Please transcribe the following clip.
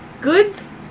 goods